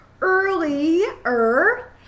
earlier